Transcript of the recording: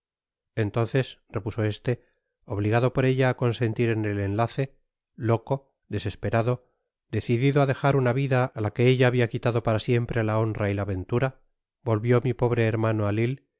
en'onces repuso este obligado por ella á consentir en el enlace loco desesperado decidido á dejar una vida á la que ella habia quitado para siempre la honra y la ventura volvió mi pobre hermano á